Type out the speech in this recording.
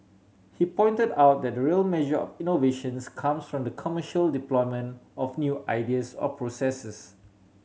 he pointed out that the real measure of innovations comes from the commercial deployment of new ideas or processes